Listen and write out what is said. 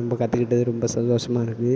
ரொம்ப கற்றுக்கிட்டது ரொம்ப சந்தோஷமா இருக்குது